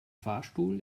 fahrstuhl